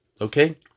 Okay